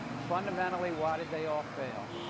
fundamentally, why did they all fail?